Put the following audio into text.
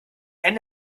henne